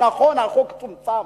נכון, החוק צומצם